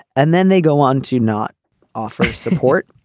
and then they go on to not offer support.